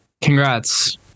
Congrats